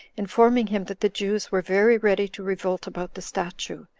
informing him that the jews were very ready to revolt about the statue,